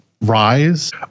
rise